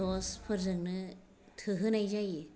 दसफोरजोंनो थोहोनाय जायो